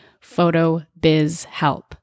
PHOTOBIZHELP